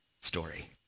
story